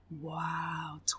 wow